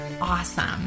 awesome